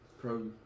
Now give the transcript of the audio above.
pro